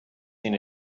seen